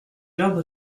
garde